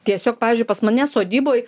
tiesiog pavyzdžiui pas mane sodyboj